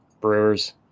Brewers